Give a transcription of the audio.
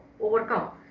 overcome